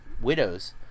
Widows